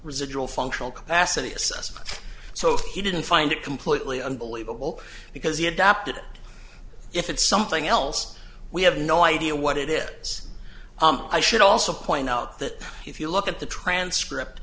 residual functional capacity assessment so he didn't find it completely unbelievable because he adopt it if it's something else we have no idea what it is i should also point out that if you look at the transcript